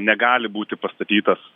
negali būti pastatytas